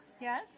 Yes